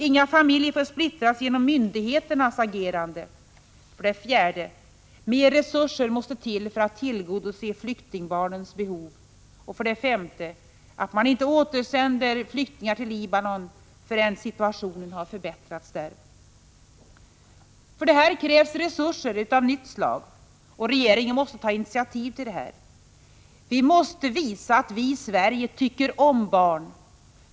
Inga familjer får splittras genom myndigheternas agerande. 4. Mer resurser måste till för att tillgodose flyktingbarnens behov. S. Man skall inte återsända flyktingar till Libanon förrän situationen förbättrats där. För detta krävs resurser av nytt slag. Regeringen måste ta initiativ härtill. Vi måste visa att vi i Sverige tycker om barn.